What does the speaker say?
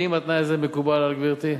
האם התנאי הזה מקובל על גברתי?